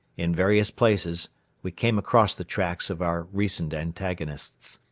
in various places we came across the tracks of our recent antagonists.